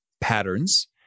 patterns